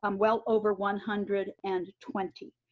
um well over one hundred and twenty.